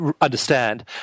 understand